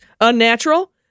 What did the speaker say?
unnatural